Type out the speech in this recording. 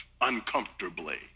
uncomfortably